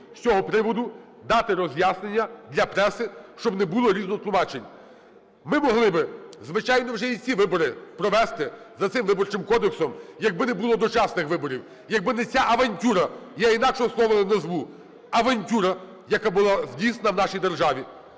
з цього приводу дати роз'яснення для преси, щоб не було різнотлумачень. Ми могли би, звичайно, вже і ці вибори провести за цим Виборчим кодексом, якби не було дочасних виборів, якби не ця авантюра, я інакшого слова не назву. Авантюра, яка була здійснена в нашій державі.